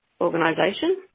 organization